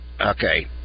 okay